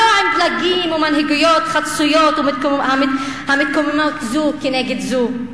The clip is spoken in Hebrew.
לא עם פלגים ומנהיגויות חצויות המתקוממות זו כנגד זו.